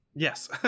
yes